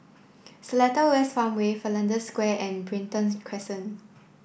Seletar West Farmway Flanders Square and Brighton Crescent